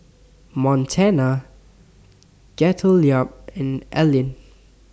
Montana Gottlieb and Allyn